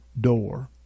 door